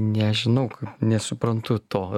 nežinau nesuprantu to